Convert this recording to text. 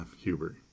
Hubert